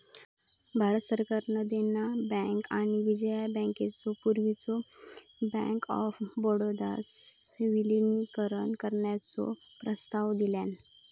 भारत सरकारान देना बँक आणि विजया बँकेचो पूर्वीच्यो बँक ऑफ बडोदात विलीनीकरण करण्याचो प्रस्ताव दिलान